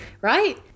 right